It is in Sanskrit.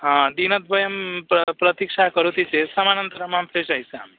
हा दिनद्वयं प् प्रतीक्षां करोति चेत् समनंतरमहं प्रेषयिष्यामि